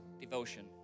devotion